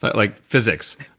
like physics.